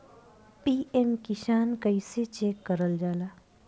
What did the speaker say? PM Kisan कइसे check करल जाला?